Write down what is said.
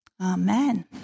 Amen